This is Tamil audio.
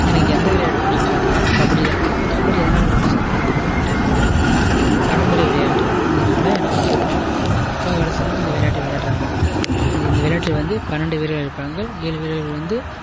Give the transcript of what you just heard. எனக்கு எந்த விளையாட்டு பிடிக்கும்னு பார்த்தீங்கனா கபடிதான் கபடி எதனால் பிடிச்சதுனா இது தமிழ்நாட்டின் பாரம்பரிய விளையாட்டு இதனால எனக்கு ரொம்ப பிடிக்கும் எங்கள் அப்பா காலத்துலேருந்து இந்த விளையாட்டு விளையாடுறாங்க நீ இந்த விளையாட்டில் வந்து பன்னெரெண்டு பேர் அழைப்பார்கள் ஏழு பேர் வந்து